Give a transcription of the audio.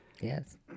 Yes